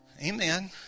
Amen